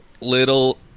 Little